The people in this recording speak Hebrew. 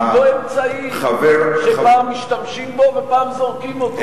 היא לא אמצעי, שפעם משתמשים בו ופעם זורקים אותו.